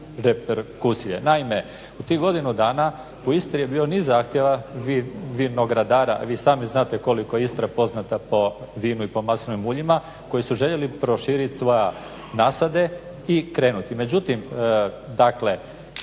Naime u tih godinu dana u Istri je bio niz zahtjeva vinogradara, vi sami znate koliko je Istra poznata po vinu i maslinovim uljima koji su željeli proširiti svoje nasade i krenuti.